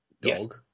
Dog